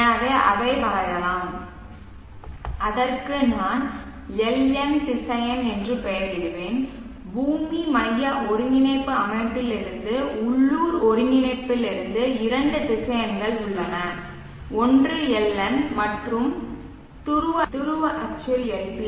எனவே அதை வரையலாம் அதற்கு நான் LN திசையன் என்று பெயரிடுவேன் பூமி மைய ஒருங்கிணைப்பு அமைப்பிலிருந்து உள்ளூர் ஒருங்கிணைப்பிலிருந்து இரண்டு திசையன்கள் உள்ளன ஒன்று LN மற்றும் மற்றொரு துருவ அச்சில் LP